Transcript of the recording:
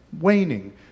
Waning